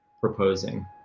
proposing